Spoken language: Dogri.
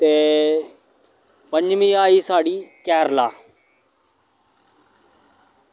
ते पंजमी आई साढ़ी केरला